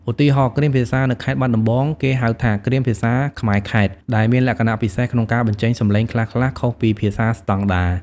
ឧទាហរណ៍ គ្រាមភាសានៅខេត្តបាត់ដំបង គេហៅថា "គ្រាមភាសាខ្មែរខេត្ត" ដែលមានលក្ខណៈពិសេសក្នុងការបញ្ចេញសំឡេងខ្លះៗខុសពីភាសាស្តង់ដារ។